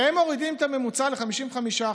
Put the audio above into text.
והם מורידים את הממוצע ל-55%.